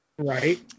Right